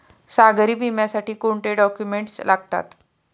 सागरी विम्यासाठी कोणते डॉक्युमेंट्स लागतात?